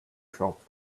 shop